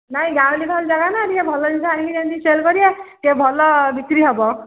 ନାଇଁ ଗାଉଁଲି ଭଲ ଜାଗା ନା ଟିକେ ଭଲ ଜିନିଷ ଆଣିକି ଯେମିତି ସେଲ୍ କରିବା ଟିକେ ଭଲ ବିକ୍ରି ହବ